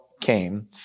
came